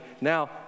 now